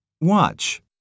Watch